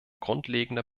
grundlegender